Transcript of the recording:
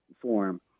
form